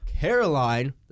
Caroline